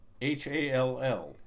H-A-L-L